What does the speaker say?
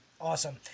Awesome